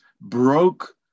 broke